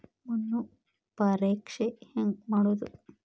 ಮಣ್ಣು ಪರೇಕ್ಷೆ ಹೆಂಗ್ ಮಾಡೋದು?